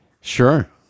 Sure